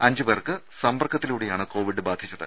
അഞ്ച് പേർക്ക് സമ്പർക്കത്തിലൂടെയാണ് കോവിഡ് ബാധിച്ചത്